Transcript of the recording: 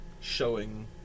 showing